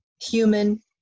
human